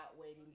waiting